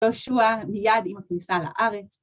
יהושע, מייד עם הכניסה לארץ.